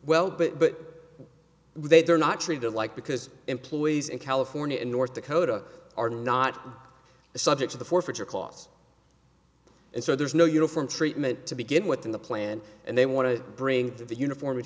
well but they they're not treated like because employees in california in north dakota are not subject to the forfeiture clause and so there's no uniform treatment to begin with in the plan and they want to bring the uniform